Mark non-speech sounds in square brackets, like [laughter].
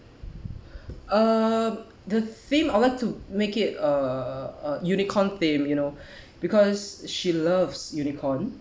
[breath] uh the theme I would like to make it uh a unicorn theme you know [breath] because she loves unicorn